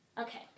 Okay